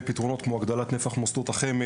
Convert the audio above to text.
פתרונות כמו הגדלת נפח מוסדות החמ"ד,